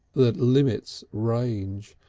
that limits range,